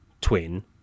twin